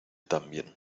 también